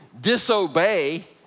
disobey